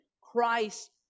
Christ